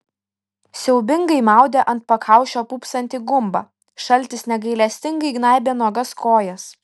siaubingai maudė ant pakaušio pūpsantį gumbą šaltis negailestingai gnaibė nuogas kojas